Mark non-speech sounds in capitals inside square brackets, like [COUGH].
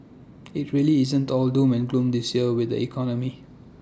[NOISE] IT really isn't all doom and gloom this year with the economy